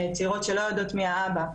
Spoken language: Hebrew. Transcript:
צעירות שלא יודעות מי זה האבא,